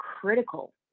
critical